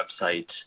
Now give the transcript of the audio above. website